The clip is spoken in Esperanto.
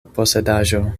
posedaĵo